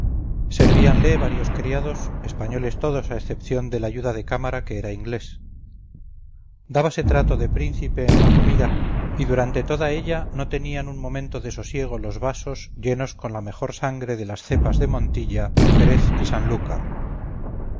vacía servíanle varios criados españoles todos a excepción del ayuda de cámara que era inglés dábase trato de príncipe en la comida y durante toda ella no tenían un momento de sosiego los vasos llenos con la mejor sangre de las cepas de montilla jerez y